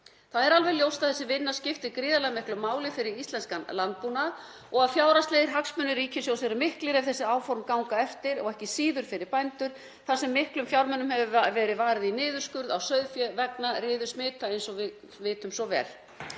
Það er alveg ljóst að þessi vinna skiptir gríðarlega miklu máli fyrir íslenskan landbúnað og að fjárhagslegir hagsmunir ríkissjóðs eru miklir ef þessi áform ganga eftir og ekki síður fyrir bændur þar sem miklum fjármunum hefur verið varið í niðurskurð á sauðfé vegna riðusmita eins og við vitum svo vel.